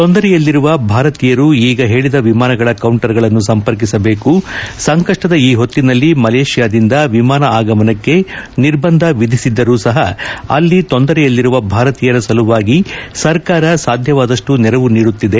ತೊಂದರೆಯಲ್ಲಿರುವ ಭಾರತೀಯರು ಈಗ ಹೇಳಿದ ವಿಮಾನಗಳ ಕೌಂಟರ್ಗಳನ್ನು ಸಂಪರ್ಕಿಸಬೇಕು ಸಂಕಷ್ಟದ ಈ ಹೊತ್ತಿನಲ್ಲಿ ಮಲೇಷ್ಯಾದಿಂದ ವಿಮಾನ ಆಗಮನಕ್ಕೆ ನಿರ್ಬಂಧ ವಿಧಿಸಿದ್ದರೂ ಸಹ ಅಲ್ಲಿ ತೊಂದರೆಯಲ್ಲಿರುವ ಭಾರತೀಯರ ಸಲುವಾಗಿ ಸರ್ಕಾರ ಸಾಧ್ಯವಾದಷ್ಟೂ ನೆರವು ನೀಡುತ್ತಿದೆ